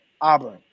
Auburn